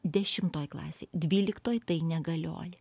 dešimtoj klasėj dvyliktoj tai negalioja